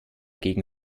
gegen